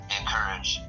encourage